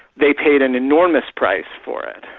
they paid an enormous price for it,